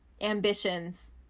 ambitions